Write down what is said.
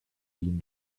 been